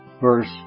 verse